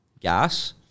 gas